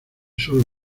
sólo